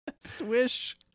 Swish